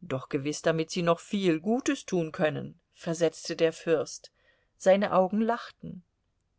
doch gewiß damit sie noch viel gutes tun können versetzte der fürst seine augen lachten